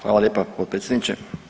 Hvala lijepa potpredsjedniče.